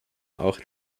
auch